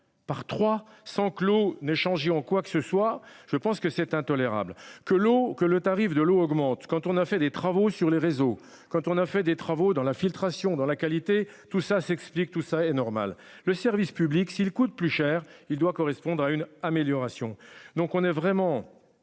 par trois par 300 clos n'changé en quoi que ce soit, je pense que c'est intolérable que l'eau que le tarif de l'eau augmente quand on a fait des travaux sur les réseaux. Quand on a fait des travaux dans la filtration dans la qualité, tout ça s'explique tout ça est normal le service public s'il coûte plus cher. Il doit correspondre à une amélioration. Donc on est vraiment.